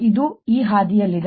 ಇದು ಈ ಹಾದಿಯಲ್ಲಿದೆ